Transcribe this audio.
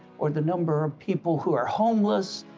or the number of people who are homeless,